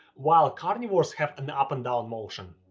while carnivores have an up and down motion.